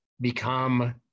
become